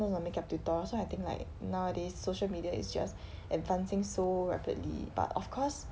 做什么 make up tutorial so I think like nowadays social media is just advancing so rapidly but of course